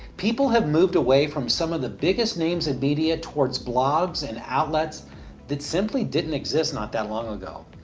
people have moved away from some of the biggest names in media toward blogs and outlets that simply didn't exist not that long ago.